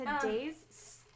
Today's